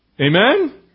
Amen